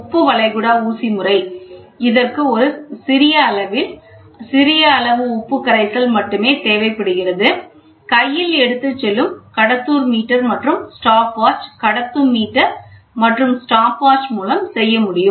உப்பு வளைகுடா ஊசி முறை இதற்கு ஒரு சிறிய அளவு உப்பு கரைசல் மட்டுமே தேவைப்படுகிறது கையில் எடுத்துச் செல்லும் கடத்தும் மீட்டர் மற்றும் ஸ்டாப்வாட்ச் மூலம் செய்ய முடியும்